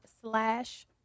slash